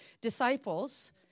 disciples